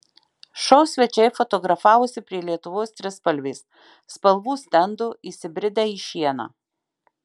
šou svečiai fotografavosi prie lietuvos trispalvės spalvų stendo įsibridę į šieną